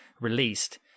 released